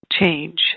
change